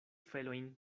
felojn